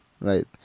right